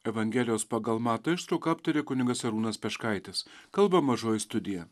evangelijos pagal mato ištuoką aptarė kunigas arūnas peškaitis kalba mažoji studija